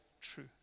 true